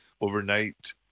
overnight